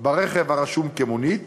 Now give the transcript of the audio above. ברכב הרשום כמונית